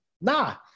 nah